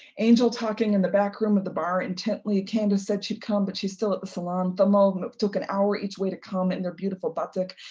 angel talking in the back room of the bar intently, candace said she'd come but she's still at the salon, themal took an hour each way to come in their beautiful but batik.